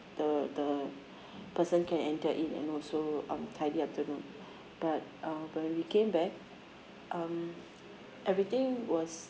the the person can enter in and also um tidy up the room but uh when we came back um everything was